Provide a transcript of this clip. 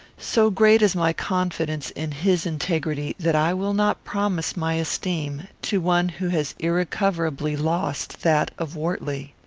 so great is my confidence in his integrity that i will not promise my esteem to one who has irrecoverably lost that of wortley.